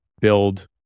build